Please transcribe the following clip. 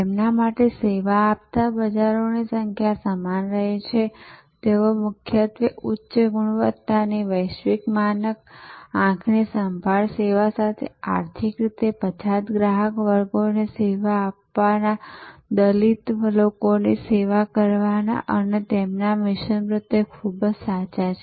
તેમના માટે સેવા આપતા બજારોની સંખ્યા સમાન રહે છે તેઓ મુખ્યત્વે ઉચ્ચ ગુણવત્તાની વૈશ્વિક માનક આંખની સંભાળ સેવા સાથે આર્થિક રીતે પછાત ગ્રાહક વર્ગોને સેવા આપવાના દલિત લોકોની સેવા કરવાના અને તેમના મિશન પ્રત્યે ખૂબ જ સાચા છે